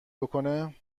بکنه